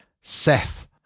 Seth